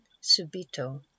subito